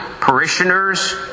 parishioners